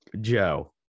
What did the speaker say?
joe